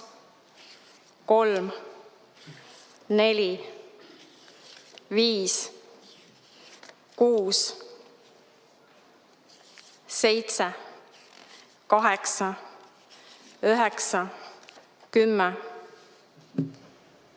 3, 4, 5, 6, 7, 8, 9, 10,